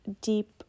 deep